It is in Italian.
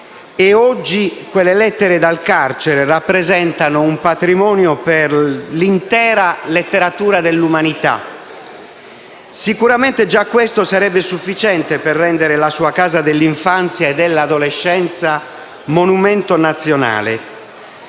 oggi quelle «Lettere dal carcere» rappresentano un patrimonio per l'intera letteratura dell'umanità. Sicuramente già questo sarebbe sufficiente per rendere la sua casa dell'infanzia e dell'adolescenza monumento nazionale.